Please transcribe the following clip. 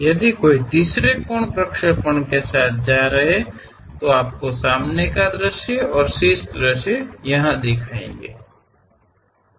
यदि कोई तीसरे कोण के प्रक्षेपण के साथ जा रहा है तो आपके सामने का दृश्य और शीर्ष दृश्य यह हैं